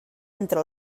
entre